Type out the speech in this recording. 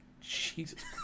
Jesus